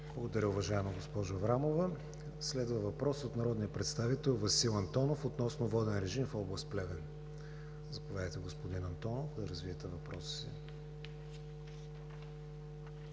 Благодаря, уважаема госпожо Аврамова. Следва въпрос от народния представител Васил Антонов относно воден режим в област Плевен. Заповядайте, господин Антонов, да развиете въпроса си.